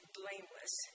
blameless